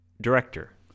director